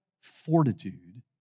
fortitude